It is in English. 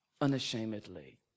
unashamedly